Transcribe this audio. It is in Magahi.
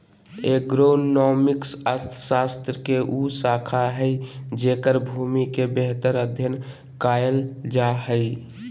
एग्रोनॉमिक्स अर्थशास्त्र के उ शाखा हइ जेकर भूमि के बेहतर अध्यन कायल जा हइ